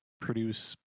produce